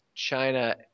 China